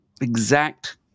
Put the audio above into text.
exact